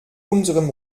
unserem